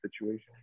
situation